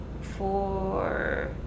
four